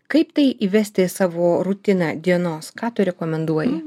kaip tai įvest į savo rutiną dienos ką tu rekomenduoji